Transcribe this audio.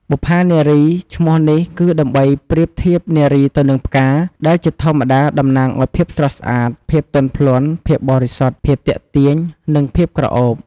បុប្ផានារី ឈ្មោះនេះគឺដើម្បីប្រៀបធៀបនារីទៅនឹងផ្កា ដែលជាធម្មតាតំណាងឱ្យភាពស្រស់ស្អាត ភាពទន់ភ្លន់ ភាពបរិសុទ្ធ ភាពទាក់ទាញ និងភាពក្រអូប។